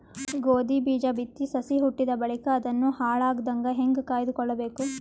ಗೋಧಿ ಬೀಜ ಬಿತ್ತಿ ಸಸಿ ಹುಟ್ಟಿದ ಬಳಿಕ ಅದನ್ನು ಹಾಳಾಗದಂಗ ಹೇಂಗ ಕಾಯ್ದುಕೊಳಬೇಕು?